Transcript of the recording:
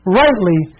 rightly